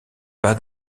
pas